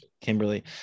Kimberly